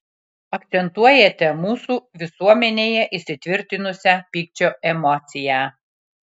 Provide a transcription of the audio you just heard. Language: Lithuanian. akcentuojate mūsų visuomenėje įsitvirtinusią pykčio emociją